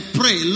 pray